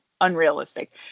unrealistic